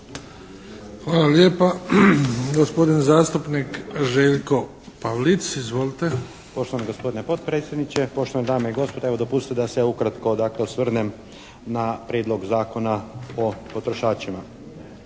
Hvala lijepa. Gospodin zastupnik Željko Pavlic. Izvolite. **Pavlic, Željko (MDS)** Poštovani gospodine potpredsjedniče, poštovane dame i gospodo. Evo dopustite da se ja ukratko dakle osvrnem na Prijedlog zakona o potrošačima.